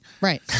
Right